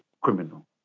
criminal